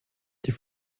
die